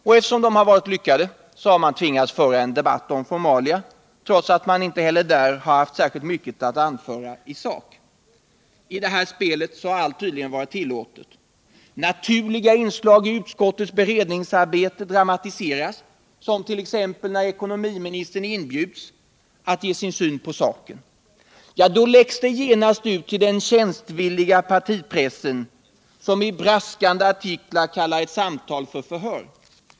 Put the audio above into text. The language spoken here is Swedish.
Och eftersom de har varit lyckliga har man tvingats föra en debatt om formalia, trots att man inte heller där har särskilt mycket att anföra i sak. I det här spelet har tydligen allt varit tillåtet. Naturliga inslag i utskottets beredningsarbete har dramatiserats, t.ex. när ekonomiministern inbjöds att ge sin syn på saken. Då läcktes detta genast ut till den tjänstvilliga partipressen, som i braskande rubriker kallade ett samtal för ”förhör”.